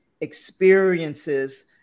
experiences